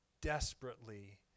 desperately